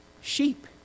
sheep